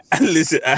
Listen